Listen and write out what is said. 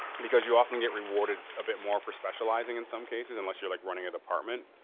because you often get rewarded a bit more for specializing in some cases unless you're like running a department.